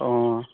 অঁ